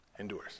endures